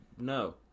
No